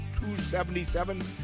277